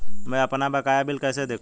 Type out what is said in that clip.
मैं अपना बकाया बिल कैसे देखूं?